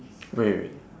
wait wait wait